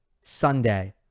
Sunday